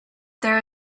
there